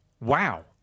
Wow